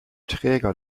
träger